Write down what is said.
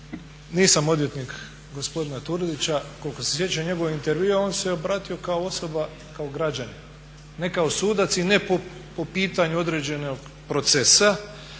nisam odvjetnika gospodina Turudića, koliko se sjećam njegovog intervjua on se obratio kao osoba, kao građanin ne kao sudac i ne po pitanju određenog procesa